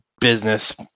business